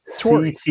CT